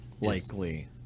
Likely